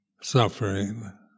suffering